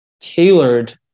tailored